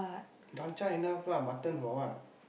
dalcha enough lah mutton for what